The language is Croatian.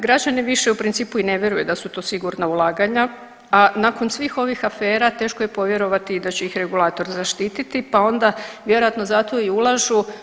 Građani više u principu i ne vjeruju da su to sigurna ulaganja, a nakon svih ovih afera teško je povjerovati da će ih regulator zaštititi, pa onda vjerojatno zato i ulažu.